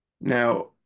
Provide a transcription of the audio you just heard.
Now